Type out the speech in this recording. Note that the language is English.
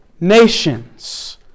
nations